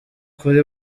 kuri